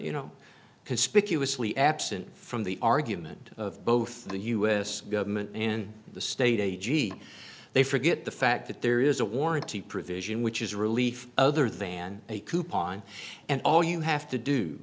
absent from the argument of both the u s government and the state a g s they forget the fact that there is a warranty provision which is a relief other than a coupon and all you have to do